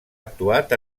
actuat